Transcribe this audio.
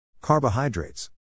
Carbohydrates